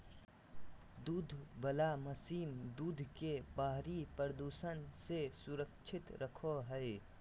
दूध वला मशीन दूध के बाहरी प्रदूषण से सुरक्षित रखो हइ